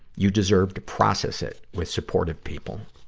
you deserve to process it with supportive people.